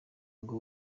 ngo